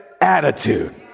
attitude